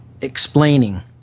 explaining